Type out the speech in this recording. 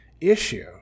issue